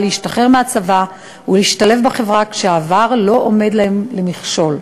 להשתחרר מהצבא ולהשתלב בחברה כשהעבר לא עומד להם למכשול.